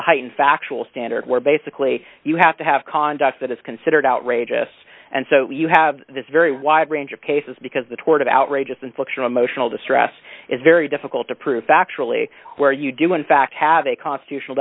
a high in factual standard where basically you have to have conduct that is considered outrageous and so you have this very wide range of cases because the tort of outrageous infliction of emotional distress is very difficult to prove factually where you do in fact have a constitutional